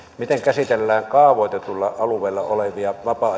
miten käsitellään kaavoitetulla alueella olevia vapaa